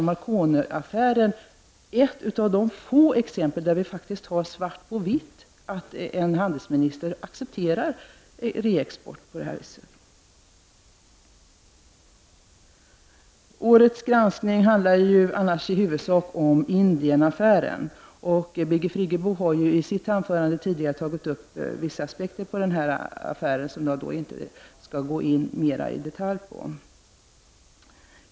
Marconiaffären utgör ett av de få exempel där vi faktiskt har svart på vitt på att en handelsminister accepterar reexport på det här viset. Årets granskning handlar annars i huvudsak om Indienaffären. Birgit Friggebo tog ju i sitt anförande upp vissa aspekter på affären, varför jag inte skall gå in på saken mera i detalj.